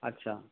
আচ্ছা